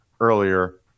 earlier